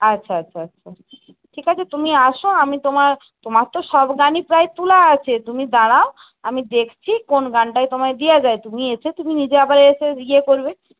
আচ্ছা আচ্ছা আচ্ছা ঠিক আছে তুমি এসো আমি তোমায় তোমার তো সব গানই প্রায় তোলা আছে তুমি দাঁড়াও আমি দেখছি কোন গানটায় তোমায় দেওয়া যায় তুমি এসে তুমি নিজে আবার এসে ইয়ে করবে